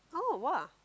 oh !wah!